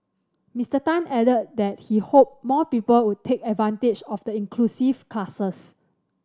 Mister Tan added that he hoped more people would take advantage of the inclusive classes